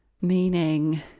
meaning